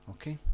Okay